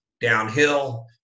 downhill